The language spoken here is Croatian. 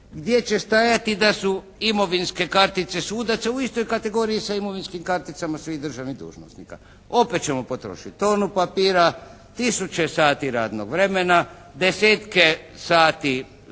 gdje će stajati da su imovinske kartice sudaca u istoj kategoriji sa imovinskim karticama svih državnih dužnosnika. Opet ćemo potrošiti tonu papira, tisuće sati radnog vremena, desetke sati